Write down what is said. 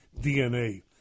DNA